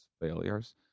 failures